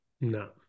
No